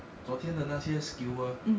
昨天的那些 skewer